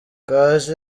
kaje